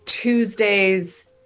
tuesdays